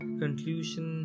conclusion